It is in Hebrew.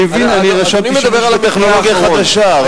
אני מבין, אני רשמתי "שימוש בטכנולוגיה חדשה".